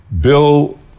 Bill